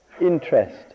interest